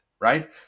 right